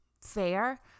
fair